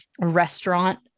restaurant